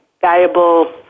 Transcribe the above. valuable